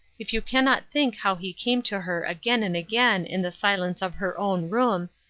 if you can not think how he came to her again and again in the silence of her own room,